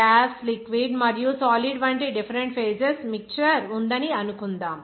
gas liquid మరియు solid వంటి different phases mixture ఉందని అనుకుందాం